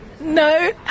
No